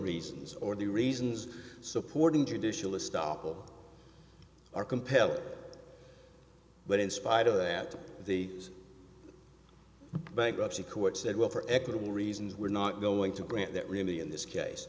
reasons or the reasons supporting traditionalist stop or are compelled but in spite of that the bankruptcy court said well for equitable reasons we're not going to grant that really in this case